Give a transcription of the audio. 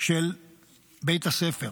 של בית הספר.